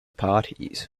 parties